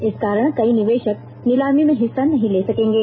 इस कारण कई निवेषक नीलामी में हिस्सा नहीं ले सकेंगे